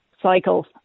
cycle